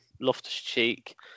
Loftus-Cheek